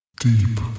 deep